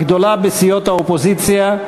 הגדולה בסיעות האופוזיציה,